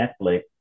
Netflix